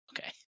Okay